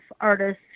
artists